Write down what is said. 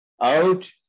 out